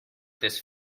this